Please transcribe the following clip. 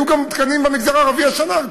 היו גם תקנים במגזר הערבי השנה,